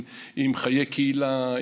עם חיי קהילה,